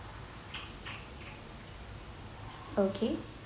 okay